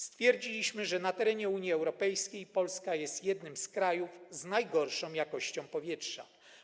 Stwierdziliśmy, że na terenie Unii Europejskiej Polska jest jednym z krajów z najgorszą jakością powietrza.